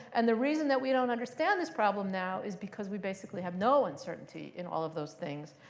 and the reason that we don't understand this problem now is because we basically have no uncertainty in all of those things,